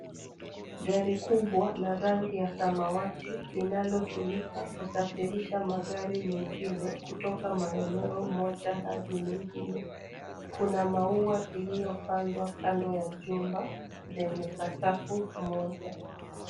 Gari kubwa la rangi ya samawati linalotumika kusafirisha magari mengine kutoka maeneo moja hadi mengine. Kuna maua iliyopandwa kando ya jumba lenye sakafu moja.